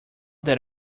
that